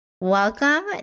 welcome